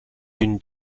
d’une